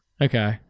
Okay